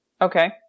Okay